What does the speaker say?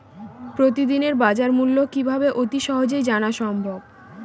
প্রতিদিনের বাজারমূল্য কিভাবে অতি সহজেই জানা সম্ভব?